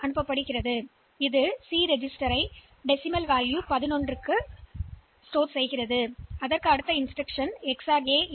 எனவே இது சி பதிவேட்டை தசம மதிப்பு 11 ஆக அமைக்கும் அடுத்த இன்ஸ்டிரக்ஷன் எக்ஸ்ஆர்ஏ ஏ